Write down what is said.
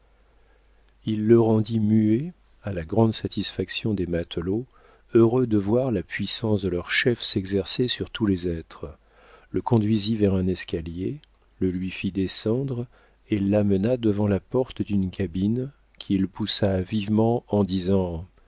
il le rendit muet à la grande satisfaction des matelots heureux de voir la puissance de leur chef s'exercer sur tous les êtres le conduisit vers un escalier le lui fit descendre et l'amena devant la porte d'une cabine qu'il poussa vivement en disant